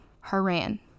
Haran